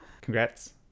Congrats